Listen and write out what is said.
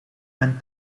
mijn